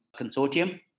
Consortium